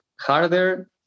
harder